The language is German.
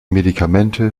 medikamente